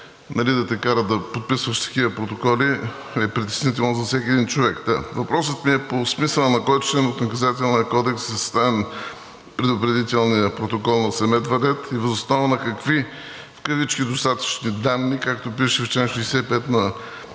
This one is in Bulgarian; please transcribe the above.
да те карат да подписваш такива протоколи, е притеснително за всеки един човек. Въпросът ми е: по смисъла на кой член от Наказателния кодекс е съставен предупредителният протокол на Самет Вадет? Въз основа на какви „достатъчни данни“, както пише в чл. 65 на